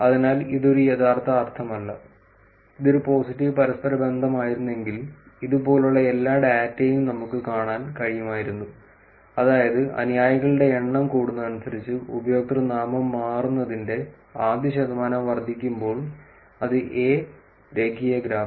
അതിനാൽ ഇത് ഒരു യഥാർത്ഥ അർത്ഥമല്ല ഇത് ഒരു പോസിറ്റീവ് പരസ്പരബന്ധമായിരുന്നെങ്കിൽ ഇതുപോലുള്ള എല്ലാ ഡാറ്റയും നമുക്ക് കാണാൻ കഴിയുമായിരുന്നു അതായത് അനുയായികളുടെ എണ്ണം കൂടുന്നതിനനുസരിച്ച് ഉപയോക്തൃനാമം മാറുന്നതിന്റെ ആദ്യ ശതമാനം വർദ്ധിക്കുമ്പോൾ അത് എ രേഖീയ ഗ്രാഫ്